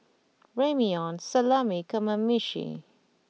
Ramyeon Salami and Kamameshi